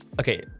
okay